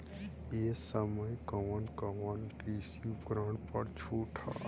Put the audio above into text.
ए समय कवन कवन कृषि उपकरण पर छूट ह?